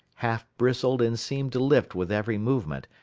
half bristled and seemed to lift with every movement,